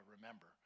remember